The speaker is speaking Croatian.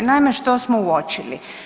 Naime, što smo uočili?